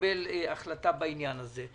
תקבל החלטה בעניין הזה.